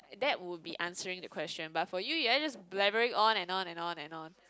that would be answering the question but for you ya just blabbering on and on and on